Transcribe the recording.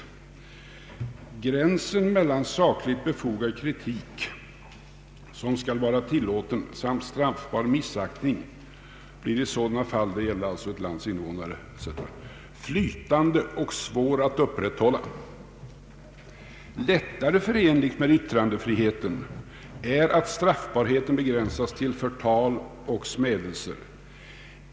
Lagrådet sade att gränsen mellan sakligt befogad kritik, som skall vara tilllåten, och straffbar missaktning när det gäller ett lands invånare blir flytande och svår att upprätthålla. Lättare förenligt med yttrandefriheten är att straffbarheten begränsas till förtal och smädelser.